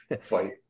fight